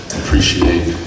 appreciate